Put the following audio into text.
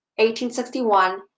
1861